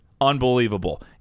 Unbelievable